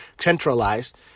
centralized